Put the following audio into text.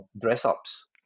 dress-ups